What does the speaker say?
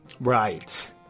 Right